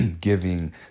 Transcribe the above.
giving